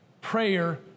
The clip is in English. prayer